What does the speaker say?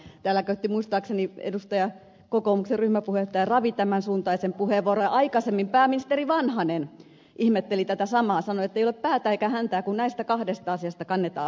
ukkola vaan täällä käytti muistaakseni kokoomuksen ryhmäpuheenjohtaja ravi tämän suuntaisen puheenvuoron ja aikaisemmin pääministeri vanhanen ihmetteli tätä samaa sanoi ettei ole päätä eikä häntää kun näistä kahdesta asiasta kannetaan huolta